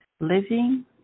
living